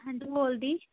ਹਾਂਜੀ ਬੋਲਦੀ